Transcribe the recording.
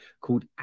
called